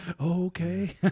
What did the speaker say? Okay